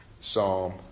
Psalm